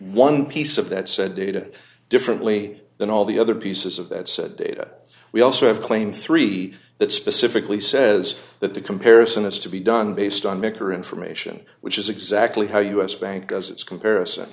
one piece of that said data differently than all the other pieces of that said data we also have claim three that specifically says that the comparison is to be done based on mc or information which is exactly how us bank does its comparison